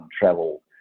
travel